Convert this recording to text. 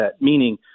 meaning